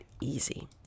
easy